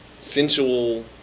sensual